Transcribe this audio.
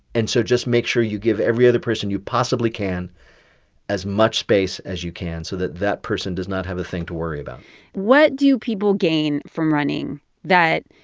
and so just make sure you give every other person you possibly can as much space as you can so that that person does not have a thing to worry about what do people gain from running that